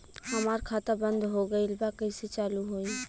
हमार खाता बंद हो गईल बा कैसे चालू होई?